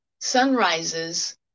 sunrises